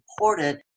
important